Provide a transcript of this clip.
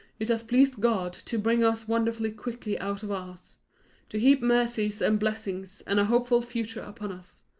it has pleased god to bring us wonderfully quickly out of ours to heap mercies and blessings, and a hopeful future upon us.